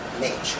nature